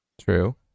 True